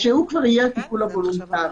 שהוא כבר יהיה הטיפול הוולונטרי,